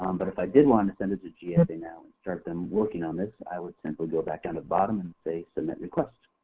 um but if i did want to send it to gsa and now, and start them working on this, i would simply go back on the bottom and say submit request.